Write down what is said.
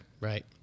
Right